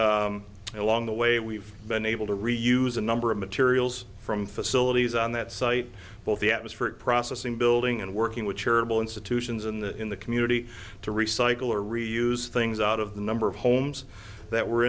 along the way we've been able to reuse a number of materials from facilities on that site both the atmospheric processing building and working with charitable institutions in the in the community to recycle or reuse things out of the number of homes that were